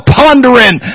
pondering